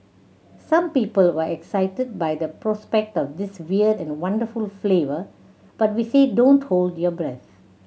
some people were excited by the prospect of this weird and wonderful flavour but we say don't hold your breath